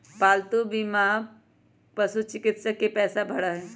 पालतू बीमा पशुचिकित्सा के पैसा भरा हई